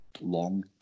long